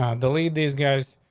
ah, the lead. these guys,